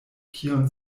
kion